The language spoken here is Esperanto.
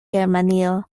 germanio